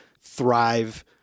thrive